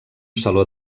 saló